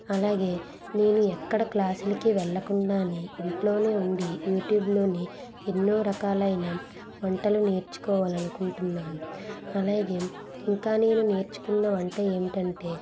అలాగే నేను ఎక్కడ క్లాసులకి వెళ్ళకుండానే ఇంట్లోనే ఉండి యూట్యూబ్లోని ఎన్నో రకాలైన వంటలు నేర్చుకోవాలి అనుకుంటున్నాను అలాగే ఇంకా నేను నేర్చుకున్న వంట ఏమిటంటే